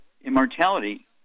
Immortality